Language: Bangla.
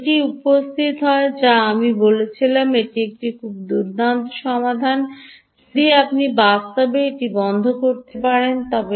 এটি উপস্থিত হয় যা আমি বলেছিলাম এটি একটি খুব দুর্দান্ত সমাধান যদি আপনি বাস্তবে এটি বন্ধ করতে পারেন তবে